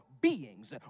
beings